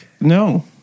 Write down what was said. No